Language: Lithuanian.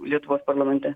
lietuvos parlamente